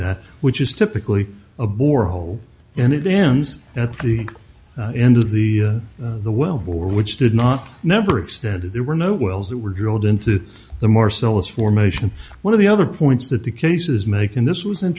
that which is typically a borehole and it ends at the end of the the wellbore which did not never extended there were no wells that were drilled into the marcellus formation one of the other points that the cases make and this was in